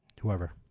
whoever